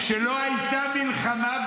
מה שנכון נכון.